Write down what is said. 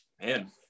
Man